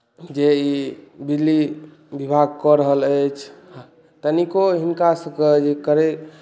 जे ई बिजली विभाग कऽ रहल अछि तनिको हिनका सभके जे करै